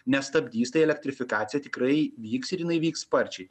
nestabdys tai elektrifikacija tikrai vyks ir jinai vyks sparčiai